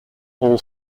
all